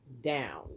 down